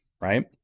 right